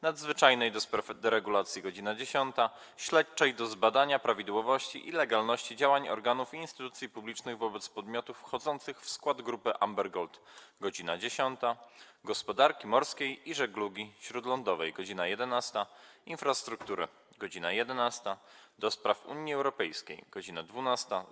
Nadzwyczajnej do spraw deregulacji - godz. 10, - Śledczej do zbadania prawidłowości i legalności działań organów i instytucji publicznych wobec podmiotów wchodzących w skład Grupy Amber Gold - godz. 10, - Gospodarki Morskiej i Żeglugi Śródlądowej - godz. 11, - Infrastruktury - godz. 11, - do Spraw Unii Europejskiej - godz. 12,